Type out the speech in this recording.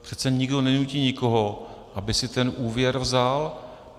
Přece nikdo nenutí nikoho, aby si ten úvěr vzal.